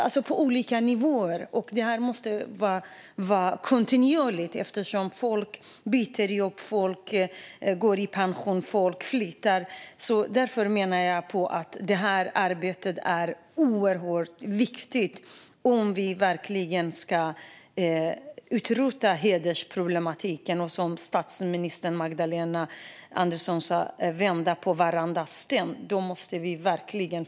Arbetet måste göras på olika nivåer och vara kontinuerligt eftersom folk byter jobb, går i pension och flyttar. Jag menar alltså att detta arbete är oerhört viktigt om vi verkligen ska utrota hedersproblematiken. Om vi ska vända på varenda sten, som statsminister Magdalena Andersson sa, måste vi verkligen arbeta.